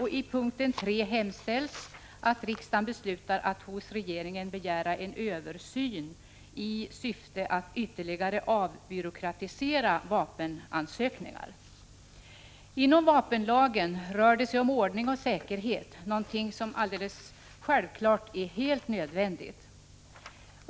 Under punkt 3 hemställs att riksdagen beslutar att hos regeringen begära en översyn i syfte att ytterligare avbyråkratisera vapenansökningar. Inom vapenlagen rör det sig om ordning och säkerhet, någonting som alldeles självklart är helt nödvändigt.